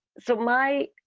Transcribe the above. so my